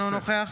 אינו נוכח